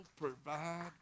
provide